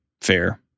Fair